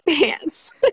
pants